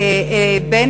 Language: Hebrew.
בין